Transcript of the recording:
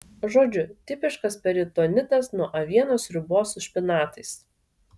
žodžiu tipiškas peritonitas nuo avienos sriubos su špinatais